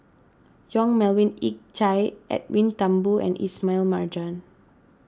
Yong Melvin Yik Chye Edwin Thumboo and Ismail Marjan